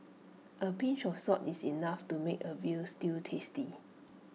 A pinch of salt is enough to make A Veal Stew tasty